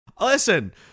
Listen